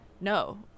No